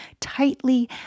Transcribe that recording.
tightly